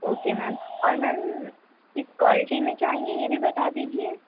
okay ma'am اور ma'am کس quality میں چاہئیں یہ بھی بتا دیجیے